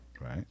Right